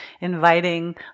inviting